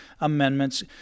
amendments